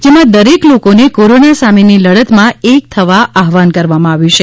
જેમાં દરેક લોકોને કોરોના સામેની લડતમાં એક થવા આહવાન કરવામાં આવ્યું છે